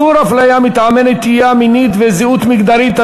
4) (איסור הפליה מטעמי נטייה מינית וזהות מגדרית),